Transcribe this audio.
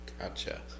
Gotcha